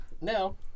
No